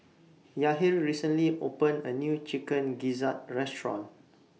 Yahir recently opened A New Chicken Gizzard Restaurant